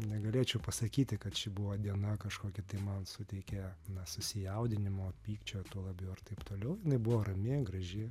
negalėčiau pasakyti kad ši buvo diena kažkokia tai man suteikė na susijaudinimo pykčio tuo labiau ir taip toliau jinai buvo rami graži